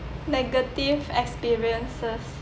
negative experiences